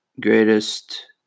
greatest